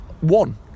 One